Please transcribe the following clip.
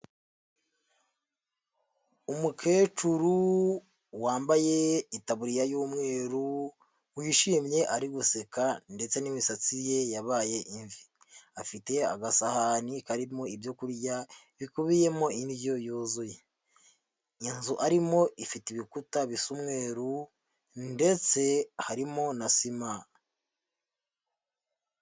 Umukecuru wambaye itaburiya y'umweru wishimye ari guseka ndetse n'imisatsi ye yabaye imvi. Afite agasahani karimo ibyo kurya bikubiyemo indyo yuzuye. Inzu arimo ifite ibikuta bisa umweru ndetse harimo na sima.